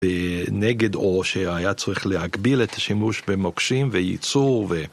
נגד אור שהיה צריך להגביל את השימוש במוקשים וייצור ו...